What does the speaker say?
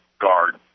guard